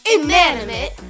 Inanimate